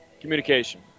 Communication